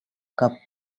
cup